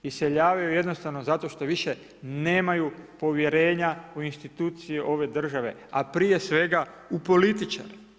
Iseljavaju jednostavno zato što više nemaju povjerenja u institucije ove države, a prije svega u političare.